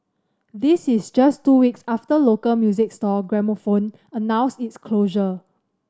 this is just two weeks after local music store Gramophone announced its closure